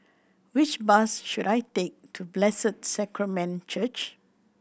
which bus should I take to Blessed Sacrament Church